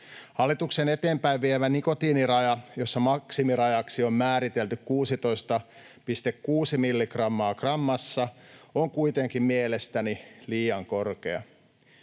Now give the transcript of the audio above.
Hallituksen eteenpäin viemä nikotiiniraja, jossa maksimirajaksi on määritelty 16,6 milligrammaa grammassa, on kuitenkin mielestäni liian korkea.